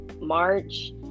March